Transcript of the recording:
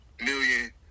million